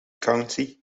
county